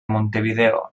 montevideo